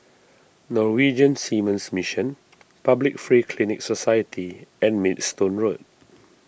Norwegian Seamen's Mission Public Free Clinic Society and Maidstone Road